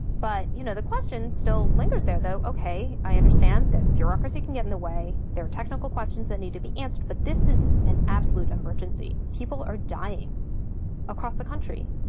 but you know, the question still lingers there, though. okay, i understand that bureaucracy can get in the way. there are technical questions that need to be answered, but this is an absolute emergency. people are dying across the country.